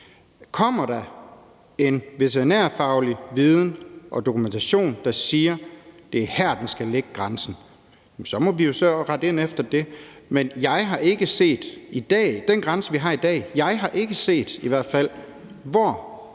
Kommer der en veterinærfaglig viden og dokumentation, der siger, at det er her, grænsen skal ligge, så må vi jo rette ind efter det. Men jeg har i forhold til